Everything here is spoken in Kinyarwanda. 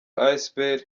asbl